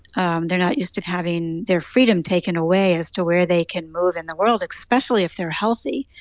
um they're not used to having their freedom taken away as to where they can move in the world, especially if they're healthy.